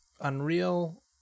Unreal